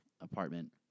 apartment